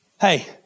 hey